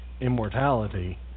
immortality